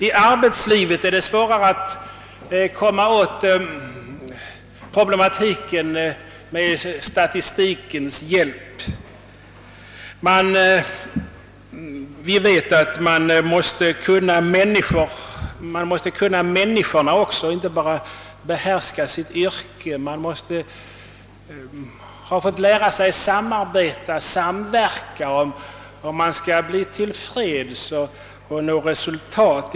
I arbetslivet är det svårare att belysa problematiken med statistikens hjälp. Vi vet att man inte bara måste behärska sitt yrke utan att man också måste kunna människorna. Man måste ha fått lära sig att samarbeta och samverka om man skall bli till freds och nå resultat.